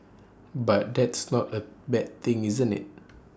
but that's not A bad thing isn't IT